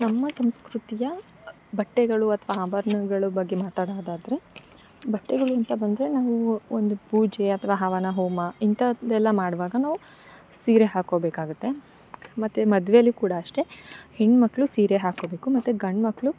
ನಮ್ಮ ಸಂಸ್ಕೃತಿಯ ಬಟ್ಟೆಗಳು ಅಥ್ವಾ ಆಭರ್ಣಗಳ ಬಗ್ಗೆ ಮಾತಾಡೋದಾದರೆ ಬಟ್ಟೆಗಳು ಅಂತ ಬಂದರೆ ನಾವು ಒಂದು ಪೂಜೆ ಅಥ್ವಾ ಹವನ ಹೋಮ ಇಂಥದ್ದೆಲ್ಲ ಮಾಡುವಾಗ ನಾವು ಸೀರೆ ಹಾಕ್ಕೋಬೇಕಾಗುತ್ತೆ ಮತ್ತೆ ಮದುವೇಲಿ ಕೂಡ ಅಷ್ಟೇ ಹೆಣ್ಣುಮಕ್ಕಳು ಸೀರೆ ಹಾಕ್ಕೊಬೇಕು ಮತ್ತೆ ಗಂಡುಮಕ್ಳು